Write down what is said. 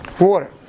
Water